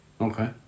Okay